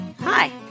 Hi